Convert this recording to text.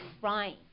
crying